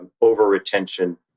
over-retention